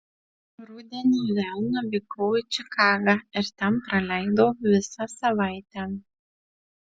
rudenį vėl nuvykau į čikagą ir ten praleidau visą savaitę